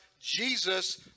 Jesus